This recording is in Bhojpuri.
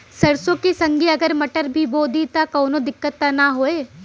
सरसो के संगे अगर मटर भी बो दी त कवनो दिक्कत त ना होय?